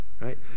Right